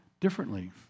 Differently